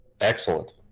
Excellent